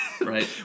Right